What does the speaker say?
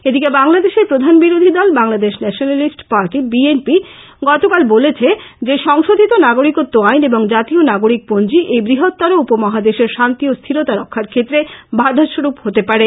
এদিকে বাংলাদেশের প্রধান বিরোধী দল Bangladesh nationalist party B N P গতকাল বলেছে যে সংশোধিত নাগরিকত্ব আইন এবং জাতীয় নাগরিক পঞ্জী এই বৃহত্তর উপ মহাদেশের শান্তি ও স্থিরতা রক্ষার ক্ষেত্রে বাঁধাস্বরূপ হতে পারে